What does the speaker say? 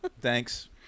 thanks